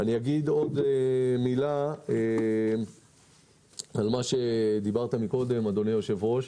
אני עוד מילה על מה שאמרת קודם, אדוני היושב-ראש,